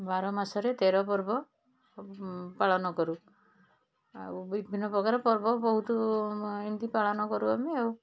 ବାରମାସରେ ତେରପର୍ବ ପାଳନ କରୁ ଆଉ ବିଭିନ୍ନପ୍ରକାର ପର୍ବ ବହୁତ ଏମିତି ପାଳନ କରୁ ଆମେ ଆଉ